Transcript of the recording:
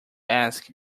ask